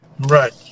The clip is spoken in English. Right